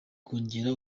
kongera